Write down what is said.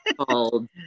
called